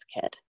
kid